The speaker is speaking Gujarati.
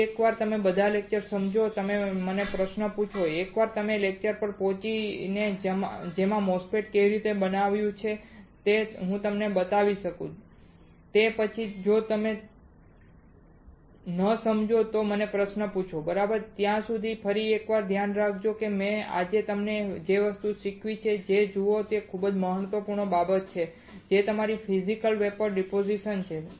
ફરી એકવાર બધા લેક્ચર્સને સમજો અને તમે મને પ્રશ્નો પૂછો એકવાર આપણે લેક્ચર પર પહોંચીએ જેમાં MOSFET કેવી રીતે બનાવ્યું છે તે હું તમને બતાવી શકું તે પછી જો તમે ન સમજો તો તમે મને પ્રશ્નો પૂછો બરાબર ત્યાં સુધી તમે ફરી એકવાર ધ્યાન રાખો કે મેં આજે તમને જે વસ્તુઓ શીખવી છે તે જુઓ તે ખૂબ જ મહત્વપૂર્ણ બાબતો છે જે તમારી ફિઝિકલ વેપોર ડીપોઝીશન છે